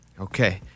Okay